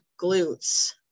glutes